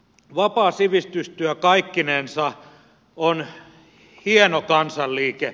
vapaa sivistystyö kaikkinensa on hieno kansanliike